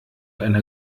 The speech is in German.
einer